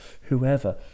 whoever